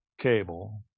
cable